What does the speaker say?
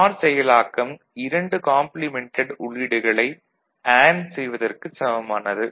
நார் செயலாக்கம் இரண்டு காம்ப்ளிமெண்டட் உள்ளீடுகளை அண்டு செய்வதற்குச் சமமானது